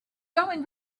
going